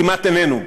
והוא כמעט איננו בה.